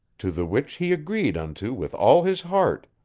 to the which he agreed unto with all his heart